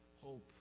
hope